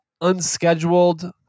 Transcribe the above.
unscheduled